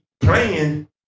playing